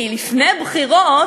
כי לפני בחירות,